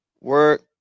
work